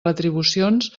retribucions